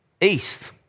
East